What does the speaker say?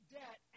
debt